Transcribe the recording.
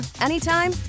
anytime